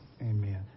Amen